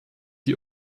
die